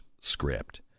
script